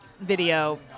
video